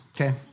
okay